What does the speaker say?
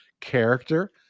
character